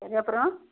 சரி அப்புறோம்